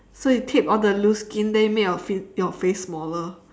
so you tape all the loose skin then you make your fa~ your face smaller